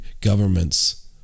governments